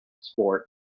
sport